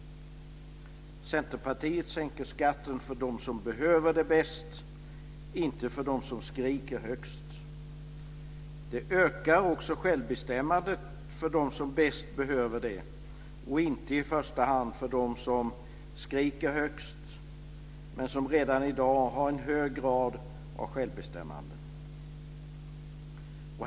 Centerpartiet sänker skatten för dem som behöver det bäst, inte för dem som skriker högst. Det ökar också självbestämmandet för dem som bäst behöver det och inte i första hand för dem som skriker högst men som redan i dag har en hög grad av självbestämmande.